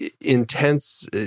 intense